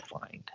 find